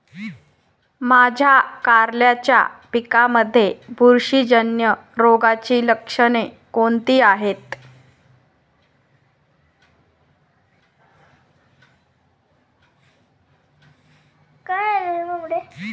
माझ्या कारल्याच्या पिकामध्ये बुरशीजन्य रोगाची लक्षणे कोणती आहेत?